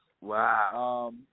Wow